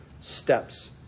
steps